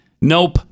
Nope